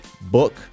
book